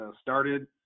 started